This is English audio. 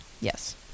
Yes